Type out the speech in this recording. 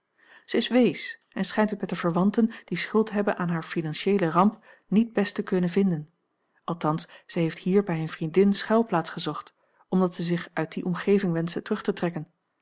zij is wees en schijnt het met de verwanten die schuld hebben aan hare financieele ramp niet best te kunnen vinden althans zij heeft hier bij eene vriendin schuilplaats gezocht omdat zij zich uit die omgeving wenschte terug te trekken